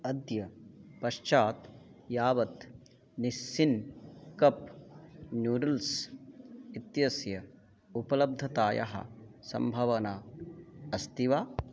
अद्य पश्चात् यावत् निस्सिन् कप् नूड्ल्स् इत्यस्य उपलब्धतायाः सम्भावना अस्ति वा